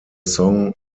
song